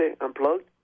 Unplugged